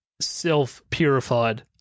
self-purified